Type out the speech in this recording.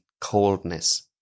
coldness